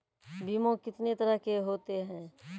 बीमा कितने तरह के होते हैं?